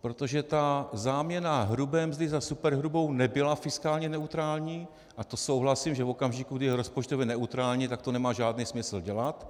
protože ta záměna hrubé mzdy za superhrubou nebyla fiskálně neutrální, a to souhlasím, že v okamžiku, kdy je rozpočtově neutrální, tak to nemá žádný smysl dělat.